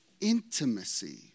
intimacy